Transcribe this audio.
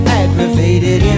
aggravated